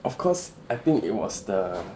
of course I think it was the